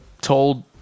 told